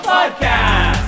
Podcast